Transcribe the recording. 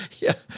yeah.